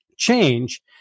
change